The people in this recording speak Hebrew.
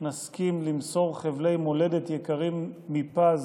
נסכים למסור חבלי מולדת יקרים מפז,